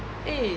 eh